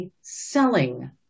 selling